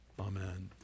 amen